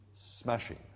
smashing